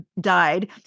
died